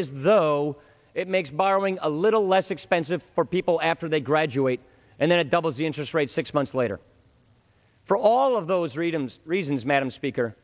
as though it makes borrowing a little less expensive for people after they graduate and then it doubles the interest rates six months later for all of those freedoms reasons madam speaker